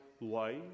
life